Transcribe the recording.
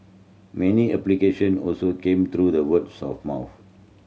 many application also came through the words of mouth